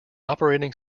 operating